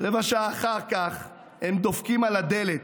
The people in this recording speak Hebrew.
רבע שעה אחר כך הם דופקים על הדלת,